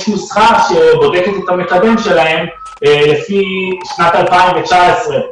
יש נוסחה שבודקת את המקדם שלהם לפי שנת 2019,